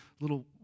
little